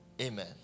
Amen